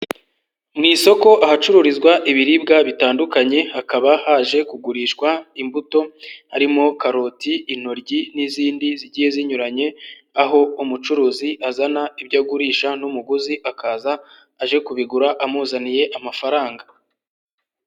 Mu isoko ahacururizwa ibiribwa bitandukanye, hakaba haje kugurishwa imbuto harimo karoti, intoryi n'izindi zigiye zinyuranye, aho umucuruzi azana ibyo agurisha n'umuguzi akaza aje kubigura amuzaniye amafaranga.